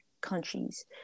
countries